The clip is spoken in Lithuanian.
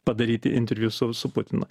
padaryti interviu su su putinu